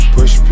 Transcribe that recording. Push